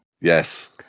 Yes